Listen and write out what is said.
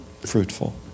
fruitful